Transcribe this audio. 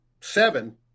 seven